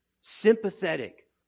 Sympathetic